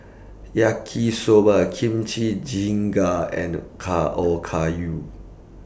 Yaki Soba Kimchi Jjigae and Ka Okayu